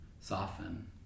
soften